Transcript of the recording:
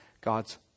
God's